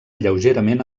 lleugerament